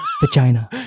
vagina